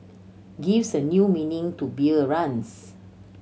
gives a new meaning to beer runs